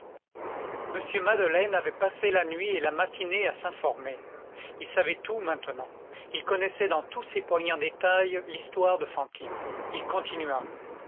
m madeleine avait passé la nuit et la matinée à s'informer il savait tout maintenant il connaissait dans tous ses poignants détails l'histoire de fantine il continua